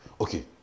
Okay